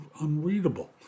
unreadable